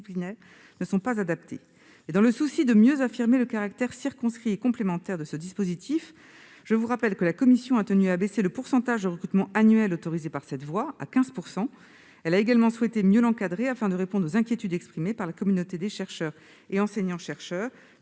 disciplinaire, ne sont pas adaptées. Dans le souci de mieux affirmer le caractère circonscrit et complémentaire de ce dispositif, elle a tenu à abaisser le pourcentage de recrutements annuels autorisés par cette voie à 15 %. Elle a également souhaité mieux l'encadrer, afin de répondre aux inquiétudes exprimées par la communauté des chercheurs et enseignants-chercheurs.